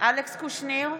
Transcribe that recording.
אלכס קושניר,